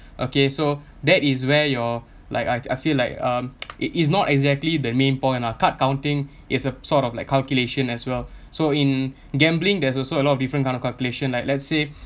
okay so that is where your like I I feel like um it is not exactly the main point lah card counting is a sort of like calculation as well so in gambling there's also a lot of different kind of calculation like let's say